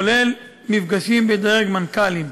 כולל מפגשים בדרג מנכ"לים,